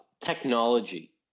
technology